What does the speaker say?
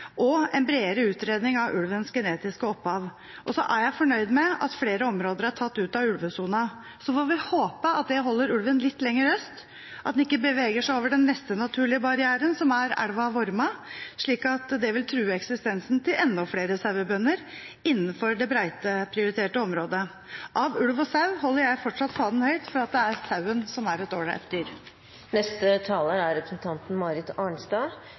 og går inn for en bredere utredning av ulvens genetiske opphav. Så er jeg fornøyd med at flere områder er tatt ut av ulvesonen, og så får vi håpe at det holder ulven litt lenger øst, at den ikke beveger seg over den neste naturlige barrieren, som er elva Vorma, slik at det vil true eksistensen til enda flere sauebønder innenfor det beiteprioriterte området. Av ulv og sau holder jeg fortsatt fanen høyt for at det er sauen som er et